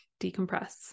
decompress